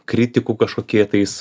kritikų kažkokie tais